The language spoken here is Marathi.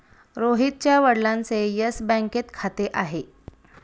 रोहितच्या वडिलांचे येस बँकेत खाते आहे